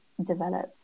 developed